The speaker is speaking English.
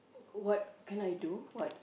what can I do what